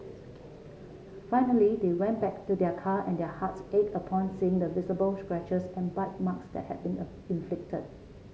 finally they went back to their car and their hearts ached upon seeing the visible scratches and bite marks that had been inflicted